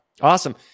awesome